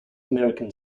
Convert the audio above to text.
american